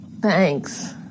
Thanks